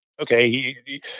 Okay